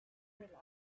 relaxed